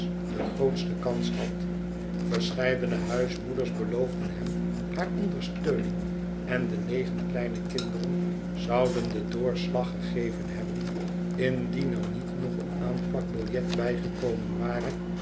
de grootste kans had verscheidene huismoeders beloofden hern haar ondersteuning en de negen kleine kinderen zouden den doorslag gegeven hebben indien er niet nog een aanplakbiljet bij geko men ware